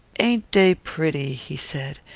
ain't dey pretty? he said.